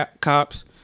cops